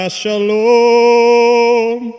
shalom